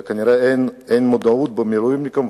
כנראה אין מודעות למילואימניקים,